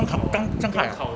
刚考这样快 ah